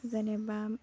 जेनेबा